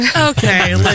okay